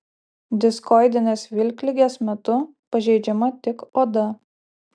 diskoidinės vilkligės metu pažeidžiama tik oda